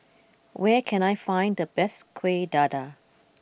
where can I find the best Kueh Dadar